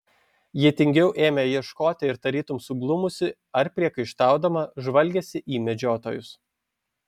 ji tingiau ėmė ieškoti ir tarytum suglumusi ar priekaištaudama žvalgėsi į medžiotojus